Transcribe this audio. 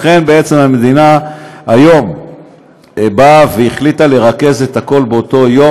בעצם המדינה היום החליטה לרכז את הכול באותו יום.